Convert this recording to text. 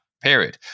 period